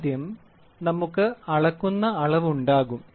ആദ്യം നമുക്ക് അളക്കുന്ന അളവ് ഉണ്ടാകും